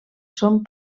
són